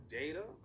data